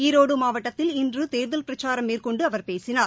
ஈரோடு மாவட்டத்தில் இன்று தேர்தல் பிரச்சாரம் மேற்கொண்டு அவர் பேசினார்